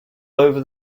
over